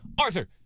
Arthur